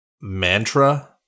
mantra